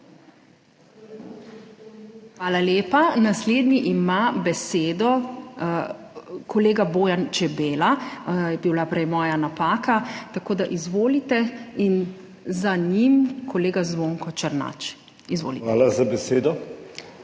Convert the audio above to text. Hvala lepa. Naslednji ima besedo kolega Bojan Čebela, je bila prej moja napaka, tako da izvolite in za njim kolega Zvonko Černač. Izvolite.